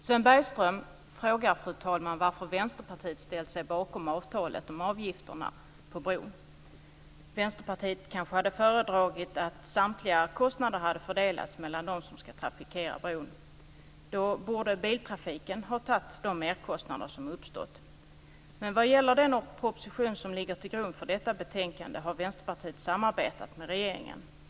Sven Bergström frågar varför Vänsterpartiet ställt sig bakom avtalet om avgifterna på bron. Vänsterpartiet kanske hade föredragit att samtliga kostnader hade fördelats mellan dem som ska trafikera bron. Då borde biltrafiken ha tagit de merkostnader som uppstått. Men vad gäller den proposition som ligger till grund för detta betänkande har Vänsterpartiet samarbetat med regeringen.